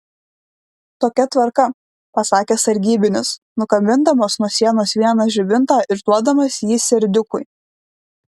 tokia tvarka pasakė sargybinis nukabindamas nuo sienos vieną žibintą ir duodamas jį serdiukui